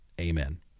Amen